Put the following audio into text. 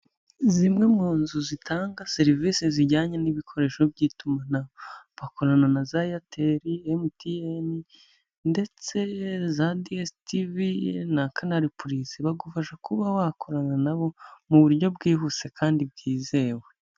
Zimwe mu nzu zitanga serivisi zijyanye n'ibikoresho by'itumanaho, bakorana na za Airtel, MTN ndetse za DS TV na Canal plus , bagufasha kuba wakorana na bo mu buryo bwihuse kandi bwizewe.